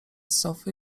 sofy